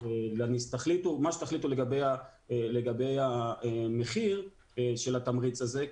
מה שתחליטו לגבי המחיר של התמריץ הזה,